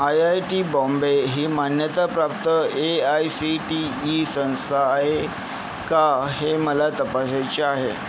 I I T Bombay ही मान्यताप्राप्त A I C T E संस्था आहे का हे मला तपासायचे आहे